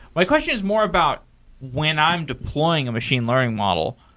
my question is more about when i'm deploying a machine learning model,